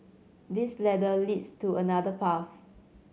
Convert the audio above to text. this ladder leads to another path